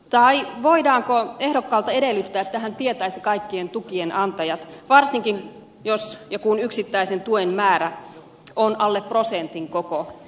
tai voidaanko ehdokkaalta edellyttää että hän tietäisi kaikkien tukien antajat varsinkin jos ja kun yksittäisen tuen määrä on alle prosentin koko vaalibudjetista